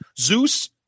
Zeus